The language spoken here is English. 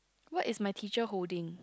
what is my teacher holding